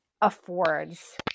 affords